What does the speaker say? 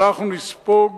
אנחנו נספוג